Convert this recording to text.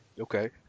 Okay